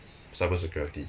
cyber security